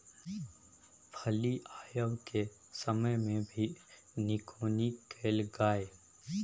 फली आबय के समय मे भी निकौनी कैल गाय?